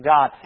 God